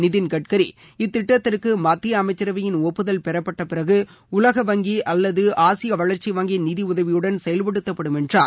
நிதின் கட்கரி இத்திட்டத்திற்கு மத்திய அமைச்சரவையின் ஒப்புதல் பெறப்பட்ட பிறகு உலக வங்கி அல்லது ஆசிய வளர்ச்சி வங்கியின் நிதியுதவியுடன் செயல்படுத்தப்படும் என்றார்